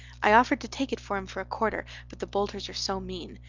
i offered to take it for him for a quarter but the boulters are so mean.